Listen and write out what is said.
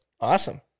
Awesome